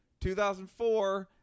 2004